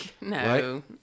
No